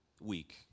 week